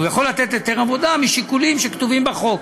הוא יכול לתת היתר עבודה משיקולים שכתובים בחוק,